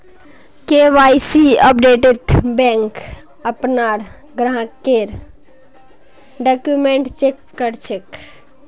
KYC अपडेटत bank अपनार ग्राहकेर डॉक्यूमेंट चेक कर छेक